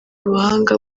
ubuhanga